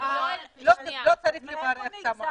לא צריך לברך, תמר.